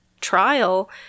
trial